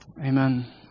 Amen